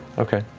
okay,